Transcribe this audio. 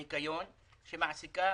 ניקיון, שמעסיקה